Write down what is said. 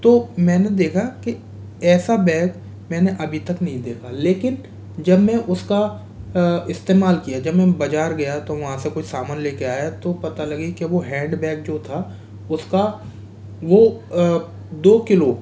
तो मैने देखा कि ऐसा बैग मैंने अभी तक नही देखा लेकिन जब मैं उसका इस्तेमाल किया जब मैं बाजार गया तो वहाँ से कुछ समान लेकर आया तो पता लगी के वो हैंडबैग जो था उसका वो वो दो किलो